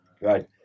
Right